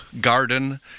garden